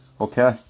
okay